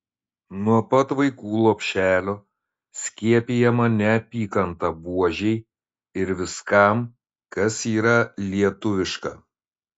nuo pat vaikų lopšelio skiepijama neapykanta buožei ir viskam kas yra lietuviška